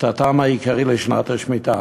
את הטעם העיקרי לשנת השמיטה.